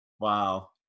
Wow